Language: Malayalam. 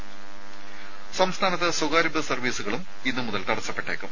ദേദ സംസ്ഥാനത്ത് സ്വകാര്യ ബസ് സർവ്വീസുകൾ ഇന്നുമുതൽ തടസ്സപ്പെട്ടേക്കും